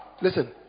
Listen